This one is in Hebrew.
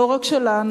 לא רק שלנו,